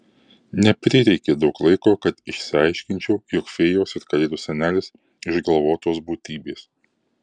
neprireikė daug laiko kad išsiaiškinčiau jog fėjos ir kalėdų senelis išgalvotos būtybės